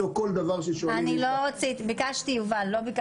גם איך למצוא כל דבר --- לא ביקשתי אתר,